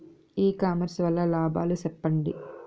ఇ commerce వల్ల లాభాలు సెప్పండి?